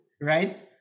right